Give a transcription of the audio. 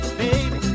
baby